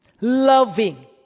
loving